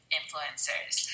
influencers